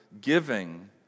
giving